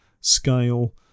scale